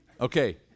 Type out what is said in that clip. okay